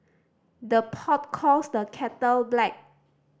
the pot calls the kettle black